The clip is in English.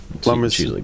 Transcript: plumbers